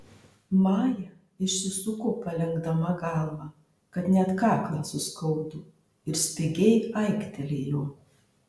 maja išsisuko palenkdama galvą kad net kaklą suskaudo ir spigiai aiktelėjo